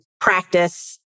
practice